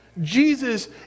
Jesus